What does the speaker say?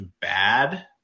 bad